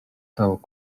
tavu